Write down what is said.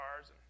cars